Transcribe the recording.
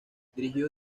dirigió